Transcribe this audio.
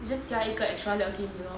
just 加一个 extra 料给你 lor